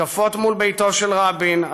התקפות מול ביתו של רבין,